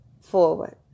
forward